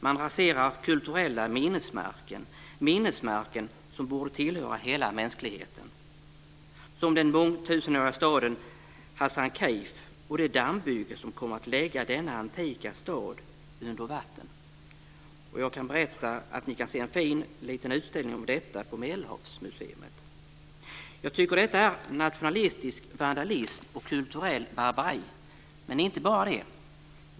Man raserar kulturella minnesmärken som borde tillhöra hela mänskligheten. Så är det med den mångtusenåriga staden Hasankeyf och det dammbygge som kommer att lägga denna antika stad under vatten. Jag kan berätta att ni kan se en fin liten utställning om detta i Medelhavsmuseet. Jag tycker att detta är nationalistisk vandalism och kulturellt barbari, men inte bara det.